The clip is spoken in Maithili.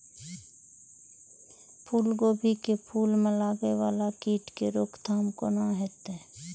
फुल गोभी के फुल में लागे वाला कीट के रोकथाम कौना हैत?